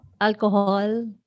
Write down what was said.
Alcohol